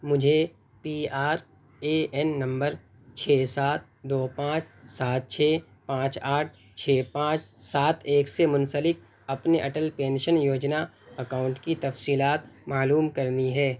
مجھے P R A N number چھ سات دو پانچ سات چھ پانچ آٹھ چھ پانچ سات ایک سے منسلک اپنے اٹل پنشن یوجنا اکاؤنٹ کی تفصیلات معلوم کرنی ہیں